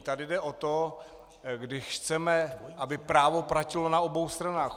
Tady jde o to, když chceme, aby právo platilo na obou stranách.